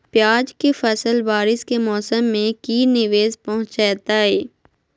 प्याज के फसल बारिस के मौसम में की निवेस पहुचैताई?